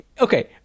okay